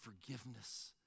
forgiveness